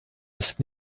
ist